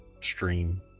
stream